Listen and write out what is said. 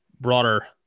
broader